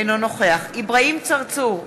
אינו נוכח אברהים צרצור,